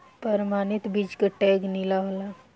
प्रमाणित बीज के टैग नीला होला